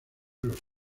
los